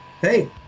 Hey